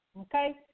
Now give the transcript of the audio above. okay